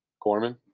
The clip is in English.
Corman